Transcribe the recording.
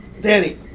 Danny